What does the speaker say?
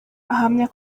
ahamya